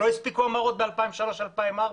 לא הספיקו המראות ב-2003 2004?